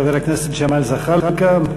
חבר הכנסת ג'מאל זחאלקה,